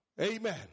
Amen